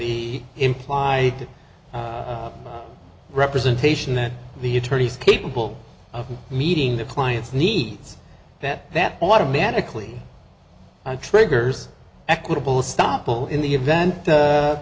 the implied representation that the attorney's capable of meeting the client's needs that that automatically triggers equitable stoppel in the event